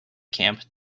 camp